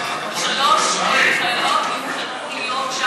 שלוש חיילות נבחרו מהטירונות,